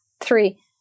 three